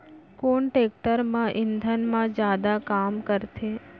कोन टेकटर कम ईंधन मा जादा काम करथे?